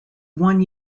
one